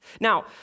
Now